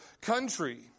country